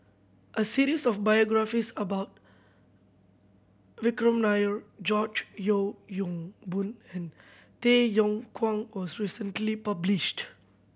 a series of biographies about Vikram Nair George Yeo Yong Boon and Tay Yong Kwang was recently published